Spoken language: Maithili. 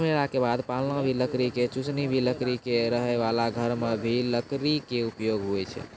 जन्म लेला के बाद पालना भी लकड़ी के, चुसनी भी लकड़ी के, रहै वाला घर मॅ भी लकड़ी के उपयोग